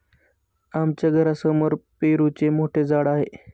आमच्या घरासमोर पेरूचे मोठे झाड आहे